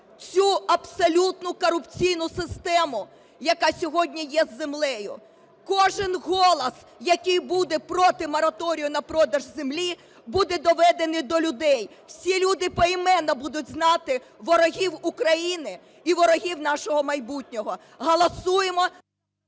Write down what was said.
цю абсолютно корупційну систему, яка сьогодні є з землею. Кожен голос, який буде проти мораторію на продаж землі, буде доведений до людей. Всі люди поіменно будуть знати ворогів України і ворогів нашого майбутнього. Голосуємо…